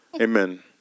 Amen